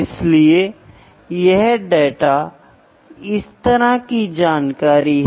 इसलिए यह सात मूल इकाइयां है